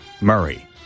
Murray